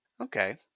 Okay